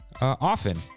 often